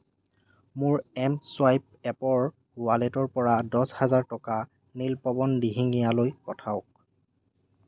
মোৰ এমচুৱাইপ এপৰ ৱালেটৰ পৰা দহ হাজাৰ টকা নীলপৱন দিহিঙীয়ালৈ পঠিয়াওক